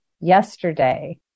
yesterday